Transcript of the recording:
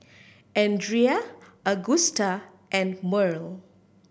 Andrea Agusta and Murl